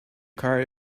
car